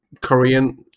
Korean